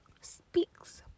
speaks